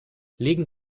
legen